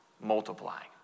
multiplying